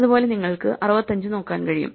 അതുപോലെ നിങ്ങൾക്ക് 65 നോക്കാൻ കഴിയും